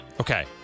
Okay